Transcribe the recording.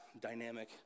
dynamic